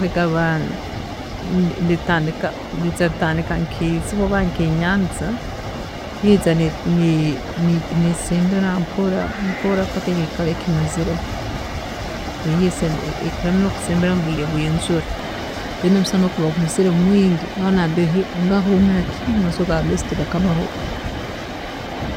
﻿Beitu abaana ri- ritandika rijandika nkaiziba oba nkenyanja, yeija nesembera mpora mpora paka obu ekakimazireho, iyo sembera iyo ekira muno kusembera mubwiire bwenjura, then omusana obu gukuba gwiizire mwiingi, aho eri nosobola kugamba ahari best tigakabahoga